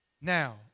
Now